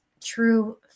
true